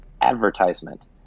advertisement